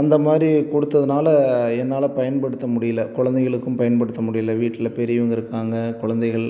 அந்த மாதிரி கொடுத்ததுனால என்னால் பயன்படுத்த முடியல குழந்தைகளுக்கும் பயன்படுத்த முடியல வீட்டில் பெரியவங்க இருக்காங்க குழந்தைகள்